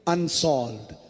Unsolved